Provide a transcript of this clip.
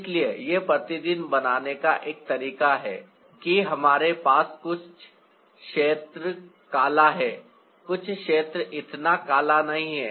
इसलिए यह प्रतिपादन बनाने का एक तरीका है कि हमारे पास कुछ क्षेत्र काला हैं कुछ क्षेत्र इतने काला नहीं हैं